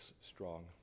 strong